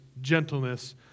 gentleness